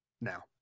now